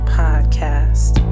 podcast